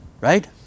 Right